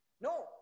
No